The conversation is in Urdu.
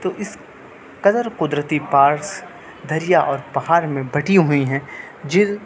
تو اس کدر قدرتی پارس دریا اور پہار میں بٹی ہوئی ہیں